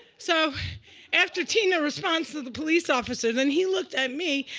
so after tina responds to the police officer, then he looked at me,